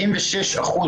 ה-360